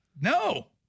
No